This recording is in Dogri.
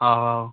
आहो आहो